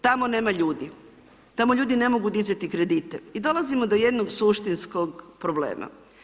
Tamo nema ljudi, tamo ljudi ne mogu dizati kredite i dolazimo do jednog suštinskog problema.